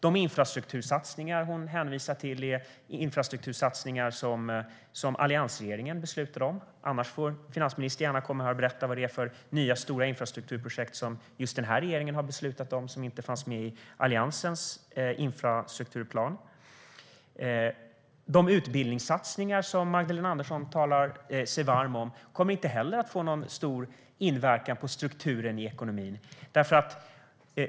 De infrastruktursatsningar hon hänvisar till beslutade alliansregeringen om. Annars får finansministern gärna berätta vilka nya stora infrastrukturprojekt som just den här regeringen har beslutat om som inte fanns med i Alliansens infrastrukturplan. De utbildningssatsningar som Magdalena Andersson talar sig varm för kommer inte heller att få någon stor inverkan på strukturen i ekonomin.